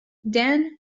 then